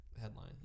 headline